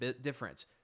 difference